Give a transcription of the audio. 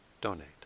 donate